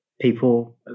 people